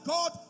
God